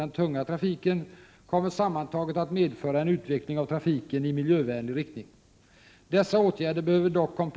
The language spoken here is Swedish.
Detta kunde statsrådet meddela göteborgsborna vid sitt besök där för några veckor sedan.